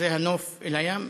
שזה הנוף אל הים?